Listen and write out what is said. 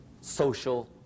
social